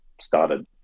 started